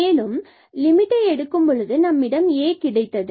மேலும் லிமிட்டை எடுக்கும்பொழுது நம்மிடம் A கிடைத்தது